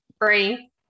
free